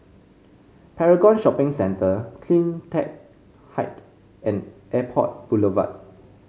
Paragon Shopping Centre CleanTech Height and Airport Boulevard